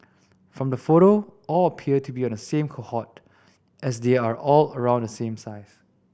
from the photo all appear to be of the same cohort as they are all around the same size